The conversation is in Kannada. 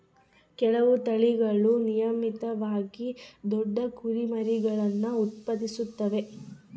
ಕೆಲವು ತಳಿಗಳು ನಿಯಮಿತವಾಗಿ ದೊಡ್ಡ ಕುರಿಮರಿಗುಳ್ನ ಉತ್ಪಾದಿಸುತ್ತವೆ